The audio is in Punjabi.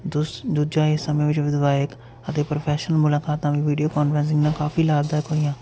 ਦੂਸ ਦੂਜਾ ਇਹ ਸਮੇਂ ਵਿੱਚ ਵਿਧਾਇਕ ਅਤੇ ਪ੍ਰੋਫੈਸ਼ਨ ਮੁਲਾਕਾਤ ਤਾਂ ਵੀ ਵੀਡੀਓ ਕੋਂਨਫਰੈਂਸਿੰਗ ਨਾਲ ਕਾਫ਼ੀ ਲਾਭਦਾਇਕ ਹੋਈਆ